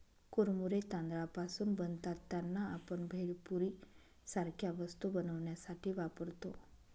कुरमुरे तांदळापासून बनतात त्यांना, आपण भेळपुरी सारख्या वस्तू बनवण्यासाठी वापरतो